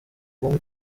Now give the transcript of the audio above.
com